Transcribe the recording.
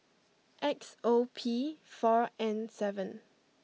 X O P four N seven